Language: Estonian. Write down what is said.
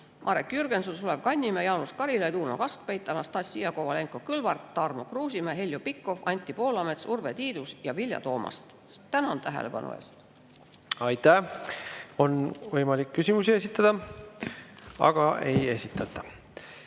Marek Jürgenson, Sulev Kannimäe, Jaanus Karilaid, Uno Kaskpeit, Anastassia Kovalenko-Kõlvart, Tarmo Kruusimäe, Heljo Pikhof, Anti Poolamets, Urve Tiidus ja Vilja Toomast. Tänan tähelepanu eest! Aitäh! On võimalik küsimusi esitada, aga ei esitata.